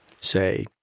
say